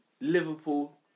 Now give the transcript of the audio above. Liverpool